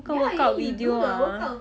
那个 workout video ah